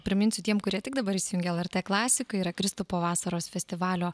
priminsiu tiem kurie tik dabar įsijungė lrt klasiką yra kristupo vasaros festivalio